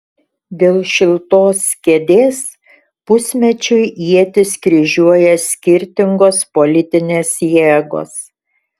dėl šiltos kėdės pusmečiui ietis kryžiuoja skirtingos politinės jėgos